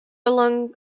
along